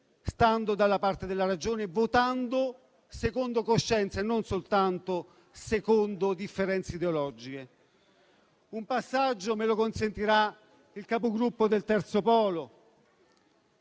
stando dalla parte della ragione, votando secondo coscienza e non soltanto secondo differenze ideologiche. Un passaggio me lo consentirà il Capogruppo del terzo polo,